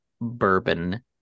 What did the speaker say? bourbon